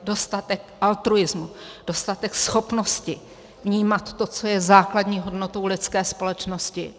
Dostatek altruismu, dostatek schopnosti vnímat to, co je základní hodnotou lidské společnosti?